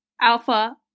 Alpha